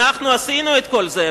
אנחנו עשינו את כל זה,